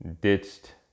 ditched